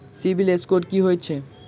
CIBIL score की होइत छैक?